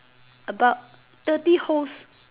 about thirty host